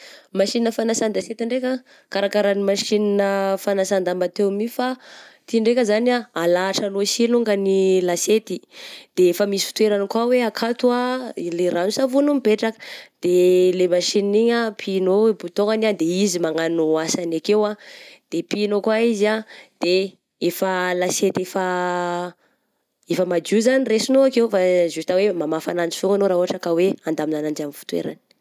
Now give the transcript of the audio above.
Machine fanasan-dasety ndraika, kara kara ny machine fanasan-damba teo my fa ty ndraika zany ah alahatra anao sy longany lasety, de efa misy fitoerany koà hoe akato ah ilay rano-savony no mipetraka ,de le machine igny ah pihinao boutton-agny ah de izy manao asany akeo ah, de pihinao koa izy ah de efa lasety efa efa madio zany raisinao akeo fa justa hoe mamafa ananjy foagna anao raha ohatra ka hoe handamina ananjy amin'ny fitoeragny.